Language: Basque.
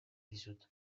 dizut